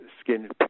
skin